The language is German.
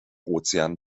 ozean